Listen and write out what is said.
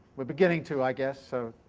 we're beginning to, i guess, so,